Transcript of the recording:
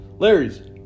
Larry's